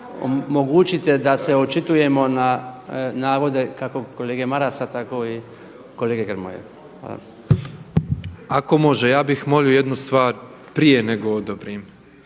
Ako može, ja bih molio jednu stvar prije nego odobrim,